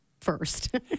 first